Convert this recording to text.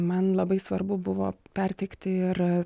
man labai svarbu buvo perteikti ir